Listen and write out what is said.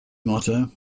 motto